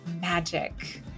magic